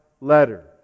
letter